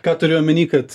ką turiu omeny kad